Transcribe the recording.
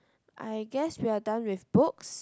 I guess we're done with books